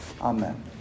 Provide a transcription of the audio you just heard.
Amen